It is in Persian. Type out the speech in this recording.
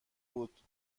بود